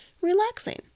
relaxing